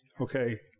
Okay